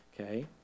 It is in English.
Okay